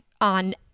on